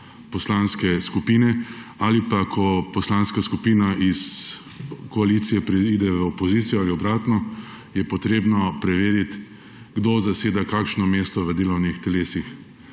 poslanske skupine ali pa ko poslanska skupina iz koalicije preide v opozicijo ali obratno, je potrebno preveriti, kdo zaseda kakšno mesto v delovnih telesih.